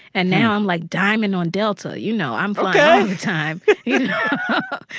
and now i'm, like, diamond on delta. you know, i'm flying all the time yeah and